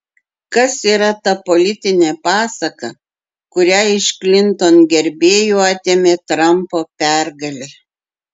kas yra ta politinė pasaka kurią iš klinton gerbėjų atėmė trampo pergalė